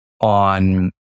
on